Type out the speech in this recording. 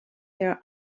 their